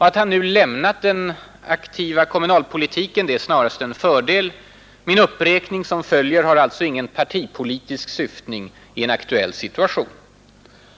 Att han nu lämnat den aktiva kommunalpolitiken är snarast en fördel; min uppräkning som följer har alltså ingen partipolitisk syftning i en aktuell situation.